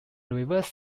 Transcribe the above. reverse